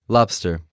Lobster